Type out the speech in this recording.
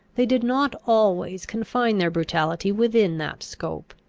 they did not always confine their brutality within that scope.